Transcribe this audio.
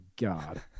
God